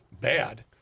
bad